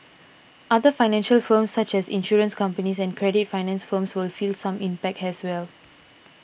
other financial firms such as insurance companies and credit finance firms will feel some impact as well